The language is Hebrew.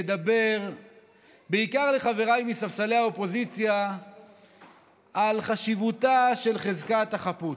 לדבר בעיקר לחבריי מספסלי האופוזיציה על חשיבותה של חזקת החפות,